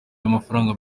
y’amafaranga